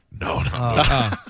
No